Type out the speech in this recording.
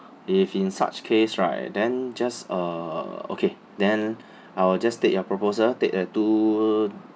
if in such case right then just uh okay then I will just take your proposal take the two